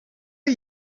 are